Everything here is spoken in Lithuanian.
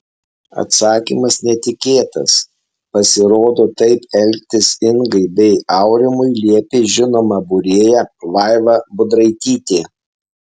atsakymas netikėtas pasirodo taip elgtis ingai bei aurimui liepė žinoma būrėja vaiva budraitytė